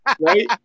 right